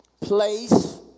place